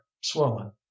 swollen